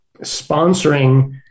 sponsoring